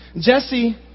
Jesse